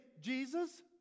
Jesus